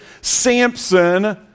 Samson